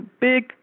big